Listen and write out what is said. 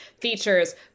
features